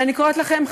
אני קוראת לכם,